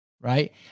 Right